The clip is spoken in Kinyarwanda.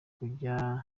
kujya